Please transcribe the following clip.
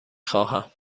خواهم